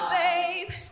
babe